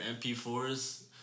MP4s